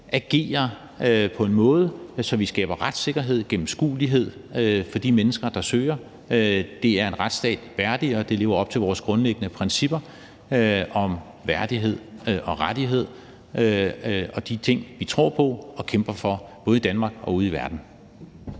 agerer på en måde, så vi skaber retssikkerhed, gennemskuelighed for de mennesker, der søger. Det er en retsstat værdigt, og det lever op til vores grundlæggende principper om værdighed og rettigheder og de ting, vi tror på og kæmper for, både i Danmark og ude i verden.